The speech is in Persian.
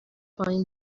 پایین